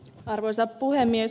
arvoisa puhemies